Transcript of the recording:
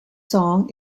song